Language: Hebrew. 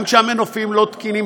גם כשהמנופים לא תקינים,